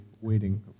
waiting